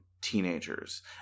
teenagers